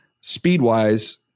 speed-wise